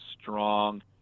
strong